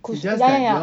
kusu ya ya ya